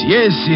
Yes